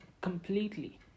completely